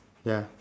ya